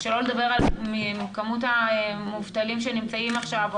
שלא לדבר על כמות המובטלים שנמצאים עכשיו או